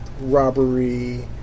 robbery